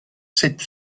set